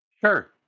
Sure